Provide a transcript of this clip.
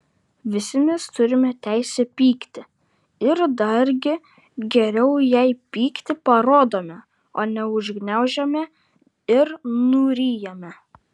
visi mes turime teisę pykti ir dargi geriau jei pyktį parodome o ne užgniaužiame ir nuryjame